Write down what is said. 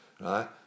right